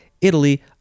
italy